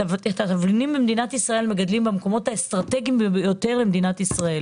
התבלינים במדינת ישראל מגדלים במקומות האסטרטגיים ביותר למדינת ישראל